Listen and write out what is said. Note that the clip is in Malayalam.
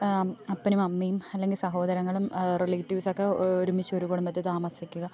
അപ്പനും അമ്മയും അല്ലെങ്കിൽ സഹോദരങ്ങളും റിലേറ്റീവ്സൊക്കെ ഒരുമിച്ച് ഒരു കുടുംബത്തിൽ താമസിക്കുക